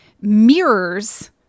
mirrors